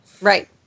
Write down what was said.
right